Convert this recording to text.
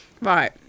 Right